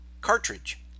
cartridge